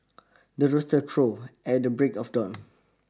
the rooster crows at the break of dawn